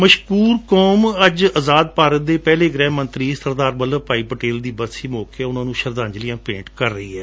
ਮਸ਼ਕੁਰ ਕੌਮ ਅੱਜ ਅਜ਼ਾਦ ਭਾਰਤ ਦੇ ਪਹਿਲੇ ਗ੍ਰਹਿ ਮੰਤਰੀ ਸਰਦਾਰ ਵੱਲਭ ਭਾਈ ਪਟੇਲ ਦੀ ਬਰਸੀ ਮੌਕੇ ਉਨ੍ਹਾਂ ਨੂੰ ਸ਼ਰਧਾਂਜਲੀਆਂ ਭੇਂਟ ਕਰ ਰਹੀ ਹੈ